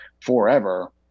forever